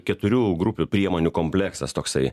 keturių grupių priemonių kompleksas toksai